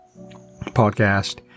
Podcast